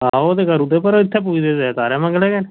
हां ओह् ते करी ओड़दे पर इत्थै ते पुजदे तारें मंगलें गै